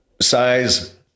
size